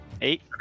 eight